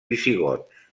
visigots